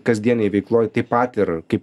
kasdienėj veikloj taip pat ir kaip